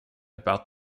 about